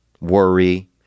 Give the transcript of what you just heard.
worry